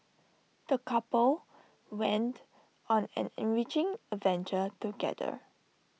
the couple went on an enriching adventure together